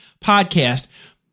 podcast